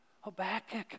Habakkuk